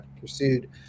pursued